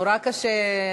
נגד.